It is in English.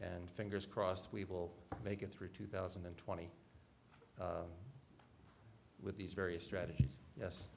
and fingers crossed we will make it through two thousand and twenty with these various strategies yes